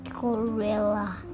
gorilla